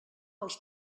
els